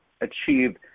achieve